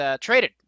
traded